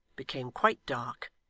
became quite dark,